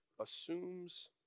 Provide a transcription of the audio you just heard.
assumes